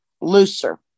looser